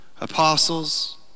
apostles